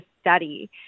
study